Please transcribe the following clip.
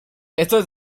estos